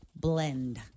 blend